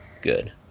Good